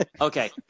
Okay